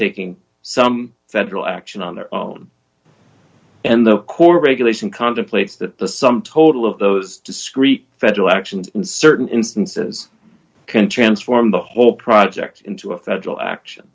taking some federal action on their own and the court regulation contemplates that the sum total of those discrete federal actions in certain instances can transform the whole project into a federal action